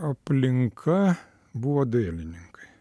aplinka buvo dailininkai